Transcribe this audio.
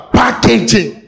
packaging